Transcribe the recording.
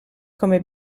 come